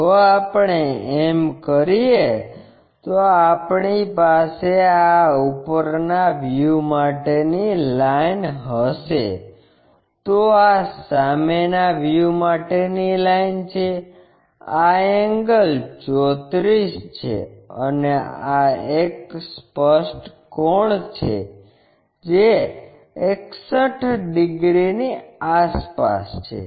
જો આપણે એમ કરીએ તો આપણી પાસે આ ઉપરના વ્યૂ માટેની લાઇન હશે તો આ સામેના વ્યૂ માટેની લાઇન છે આ એન્ગલ 34 છે અને આ એક સ્પષ્ટ કોણ જે 61 ડિગ્રીની આસપાસ છે